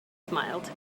smiled